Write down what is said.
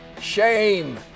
shame